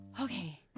Okay